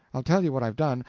i'll tell you what i've done,